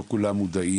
לא כולם מודעים,